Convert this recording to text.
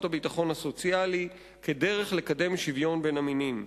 הביטחון הסוציאלי כדרך לקדם שוויון בין המינים.